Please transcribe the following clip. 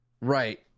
Right